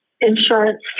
insurance